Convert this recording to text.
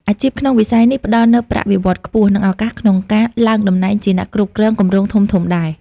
អាជីពក្នុងវិស័យនេះផ្ដល់នូវប្រាក់បៀវត្សរ៍ខ្ពស់ និងឱកាសក្នុងការឡើងតំណែងជាអ្នកគ្រប់គ្រងគម្រោងធំៗដែរ។